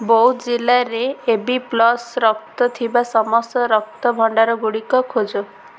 ବୌଦ୍ଧ ଜିଲ୍ଲାରେ A B plus ରକ୍ତ ଥିବା ସମସ୍ତ ରକ୍ତ ଭଣ୍ଡାରଗୁଡ଼ିକ ଖୋଜ